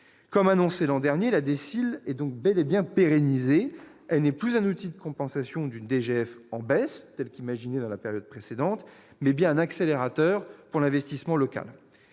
a été annoncé l'an dernier, la DSIL est donc bel et bien pérennisée. Elle n'est plus un outil de compensation d'une DGF en baisse telle qu'imaginée dans la période précédente, mais elle est bien un accélérateur pour l'investissement local.